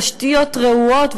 הזנחה בתשתיות רעועות,